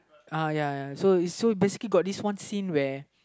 uh ya ya so so basically got this one scene where